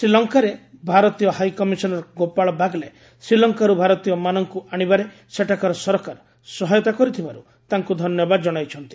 ଶ୍ରୀଲଙ୍କାରେ ଭାରତୀୟ ହାଇକମିଶନର ଗୋପାଳ ବାଗଲେ ଶ୍ରୀଲଙ୍କାରୁ ଭାରତୀୟମାନଙ୍କୁ ଆଣିବାରେ ସେଠାକାର ସରକାର ସହାୟତା କରିଥିବାରୁ ତାଙ୍କୁ ଧନ୍ୟବାଦ ଜଣାଇଛନ୍ତି